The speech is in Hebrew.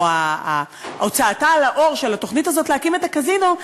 או הוצאתה לאור של התוכנית הזאת להקים את הקזינו,